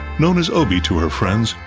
known as obie to her friends,